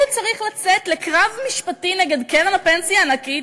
הוא צריך לצאת לקרב משפטי נגד קרן הפנסיה הענקית,